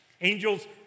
Angels